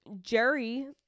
Jerry